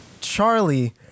Charlie